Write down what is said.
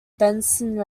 benson